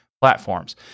platforms